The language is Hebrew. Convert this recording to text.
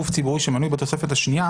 אלקטרוני יותר קל להנגיש שפתית משירות באשנב,